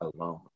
alone